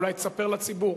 אולי תספר לציבור,